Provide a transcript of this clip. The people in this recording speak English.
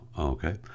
Okay